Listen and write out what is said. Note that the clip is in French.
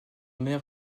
mer